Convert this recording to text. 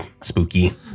Spooky